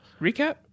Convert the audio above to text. recap